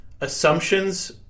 assumptions